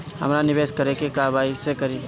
हमरा निवेश करे के बा कईसे करी?